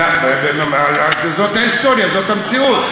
זאת ההיסטוריה, זאת המציאות.